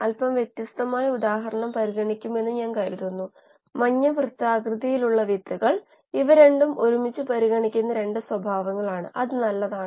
അത് ഒഴിവാക്കാൻ ബാഫിൾ ഉപയോഗിക്കുന്നു അതിനാൽ ദ്രാവകം മുകളിൽ ഇതുപോലെയായിരിക്കും അത് നല്ലതല്ല